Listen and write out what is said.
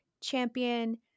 champion